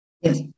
Yes